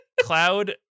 Cloud